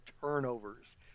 turnovers